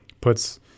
puts